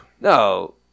No